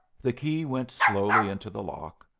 the key went slowly into the lock.